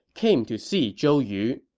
came to see zhou yu.